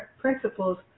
principles